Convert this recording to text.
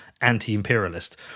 anti-imperialist